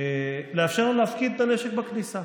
לאפשר לו להפקיד את הנשק בכניסה.